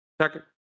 Second